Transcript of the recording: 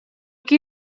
qui